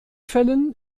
fällen